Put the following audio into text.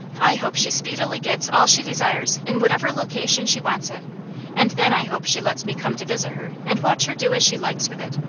i hope she speedily gets all she desires in whatever location she wants it and then i hope she lets me come to visit her and watch her do as she likes with it.